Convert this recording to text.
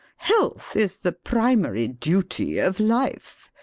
health is the primary duty of life.